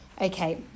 Okay